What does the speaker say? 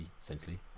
essentially